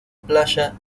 playa